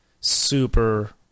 Super